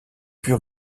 plus